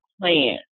plan